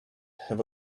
have